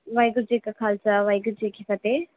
ਵਾਹਿਗੁਰੂ ਜੀ ਕਾ ਖਾਲਸਾ ਵਾਹਿਗੁਰੂ ਜੀ ਕੀ ਫਤਹਿ